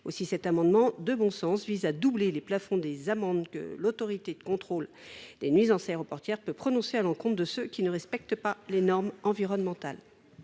Aussi, cet amendement de bon sens vise à doubler les plafonds des amendes que l’Autorité de contrôle des nuisances aéroportuaires peut prononcer à l’encontre de ceux qui ne respectent pas les normes environnementales.